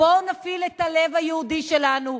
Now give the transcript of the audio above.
בואו נפעיל את הלב היהודי שלנו,